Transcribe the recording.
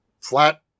flat